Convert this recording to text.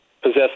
possess